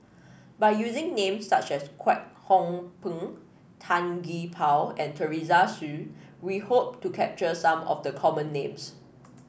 by using names such as Kwek Hong Png Tan Gee Paw and Teresa Hsu we hope to capture some of the common names